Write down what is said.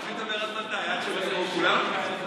תמשיך לדבר עד מתי, עד שיבואו כולם?